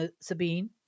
Sabine